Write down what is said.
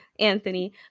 anthony